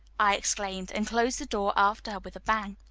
i exclaimed, and closed the door after her with a bang.